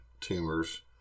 tumors